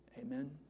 Amen